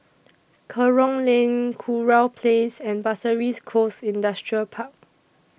Kerong Lane Kurau Place and Pasir Ris Coast Industrial Park